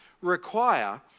require